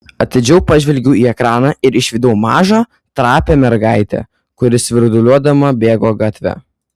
atidžiau pažvelgiau į ekraną ir išvydau mažą trapią mergaitę kuri svirduliuodama bėgo gatve